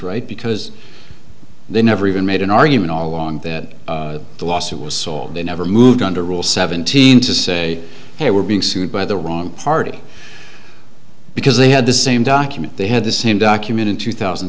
right because they never even made an argument all along that the lawsuit was sold they never moved under rule seventeen to say they were being sued by the wrong party because they had the same document they had the same document in two thousand